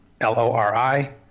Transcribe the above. L-O-R-I